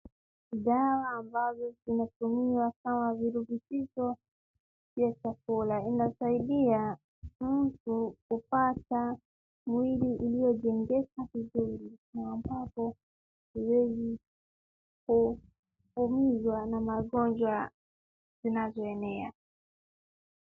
Dawa ambazo zinatumiwa kama virutubisho vya chakula. Inasidia mtu kupata mwili iliyojengeka vizuri ambapo huwezi kuumizwa na magonjwa zinazoea.